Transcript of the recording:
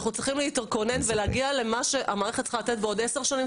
אנחנו צריכים להתכונן להגיע למה שהמערכת צריכה לתת בעוד עשר שנים,